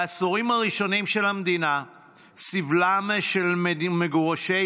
בעשורים הראשונים של המדינה סבלם של מגורשי